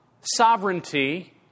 sovereignty